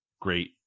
great